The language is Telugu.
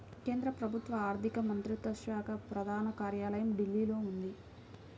కేంద్ర ప్రభుత్వ ఆర్ధిక మంత్రిత్వ శాఖ ప్రధాన కార్యాలయం ఢిల్లీలో ఉంది